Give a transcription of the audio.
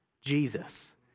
Jesus